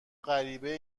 غریبه